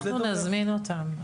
אנחנו נזמין אותם.